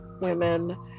women